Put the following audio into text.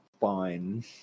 fine